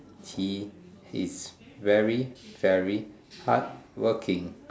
he he's very very hardworking